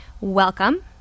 Welcome